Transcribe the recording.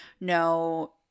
no